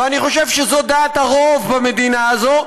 ואני חושב שזאת דעת הרוב במדינה הזו,